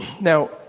Now